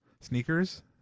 sneakers